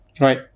Right